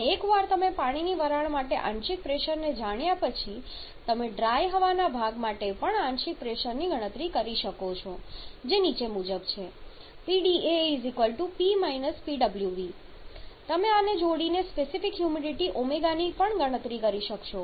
અને એકવાર તમે પાણીની વરાળ માટેના આંશિક પ્રેશરને જાણ્યા પછી તમે ડ્રાય હવાના ભાગ માટે પણ આંશિક પ્રેશરની ગણતરી કરી શકશો જે નીચે મુજબ છે PdaP Pwv તમે આને જોડીને સ્પેસિફિક હ્યુમિડિટી ω ની ગણતરી કરી શકશો